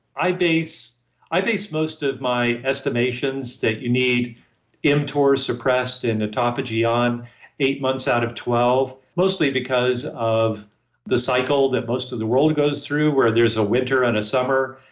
i base i base most of my estimations that you need mtor suppressed in autophagy on eight months out of twelve mostly because of the cycle that most of the world goes through, where there's a winter on a summer,